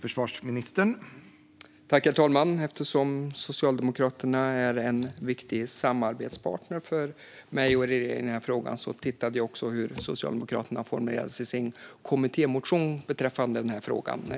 Herr talman! Eftersom Socialdemokraterna är en viktig samarbetspartner för mig och regeringen i denna fråga har jag tittat på hur Socialdemokraterna formulerade sig i sin kommittémotion beträffande detta.